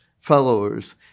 followers